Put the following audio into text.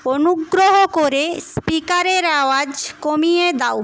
অনুগ্রহ করে স্পিকারের আওয়াজ কমিয়ে দাও